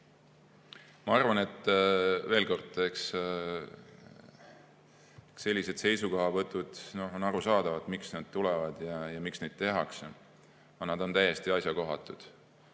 Ma arvan, veel kord, et eks sellised seisukohavõtud on arusaadavad, miks nad tulevad ja miks neid tehakse. Aga nad on täiesti asjakohatud